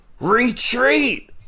retreat